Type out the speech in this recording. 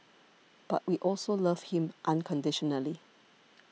but we also love him unconditionally